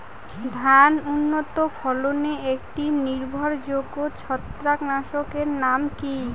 ধান উন্নত ফলনে একটি নির্ভরযোগ্য ছত্রাকনাশক এর নাম কি?